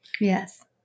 Yes